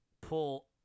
pull